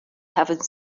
having